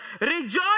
Rejoice